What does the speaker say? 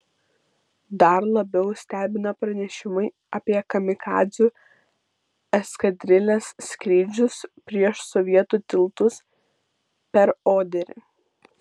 dar labiau stebina pranešimai apie kamikadzių eskadrilės skrydžius prieš sovietų tiltus per oderį